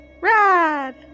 Rad